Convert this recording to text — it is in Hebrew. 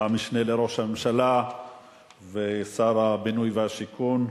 המשנה לראש הממשלה ושר הבינוי והשיכון,